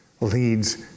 leads